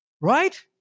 Right